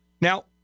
Now